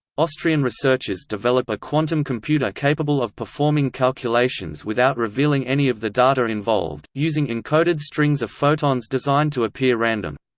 austrian researchers develop a quantum computer capable of performing calculations without revealing any of the data involved, using encoded strings of photons designed to appear random.